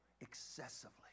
excessively